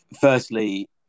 firstly